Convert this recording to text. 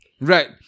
Right